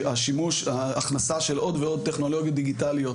ההכנסה של עוד ועוד טכנולוגיות דיגיטליות